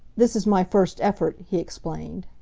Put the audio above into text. this is my first effort, he explained.